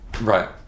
Right